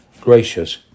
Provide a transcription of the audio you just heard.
gracious